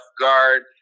guard